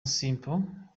simple